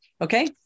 Okay